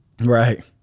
Right